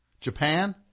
Japan